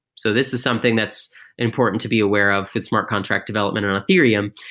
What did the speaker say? so this is something that's important to be aware of smart contract development on ethereum,